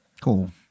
cool